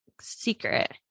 secret